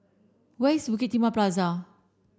where is Bukit Timah Plaza